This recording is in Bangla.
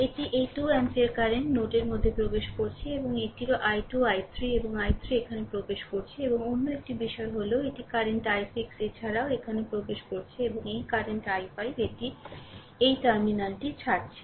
এটি এই 2 অ্যাম্পিয়ার কারেন্ট নোডের মধ্যে প্রবেশ করছে এবং এটিরও i2 i3 এই i3 এখানে প্রবেশ করছে এবং অন্য একটি বিষয় হল এটি কারেন্ট i6 এছাড়াও এখানে প্রবেশ করছে এবং এই কারেন্ট i5 এটি এই টার্মিনালটি ছাড়ছে